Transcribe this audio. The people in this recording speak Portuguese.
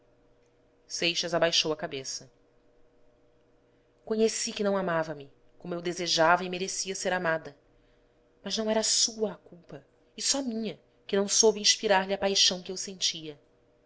seixas abaixou a cabeça conheci que não amava-me como eu desejava e merecia ser amada mas não era sua a culpa e só minha que não soube inspirar-lhe a paixão que eu sentia